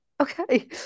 Okay